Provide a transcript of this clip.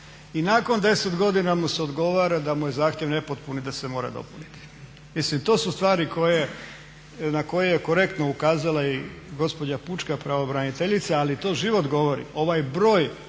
i nakon 10 godina mu se odgovara da mu je zahtjev nepotpun i da se mora dopuniti. To su stvari na koje je korektno ukazala i gospođa pučka pravobraniteljica, ali to život govori. Ovaj broj